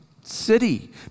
city